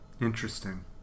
Interesting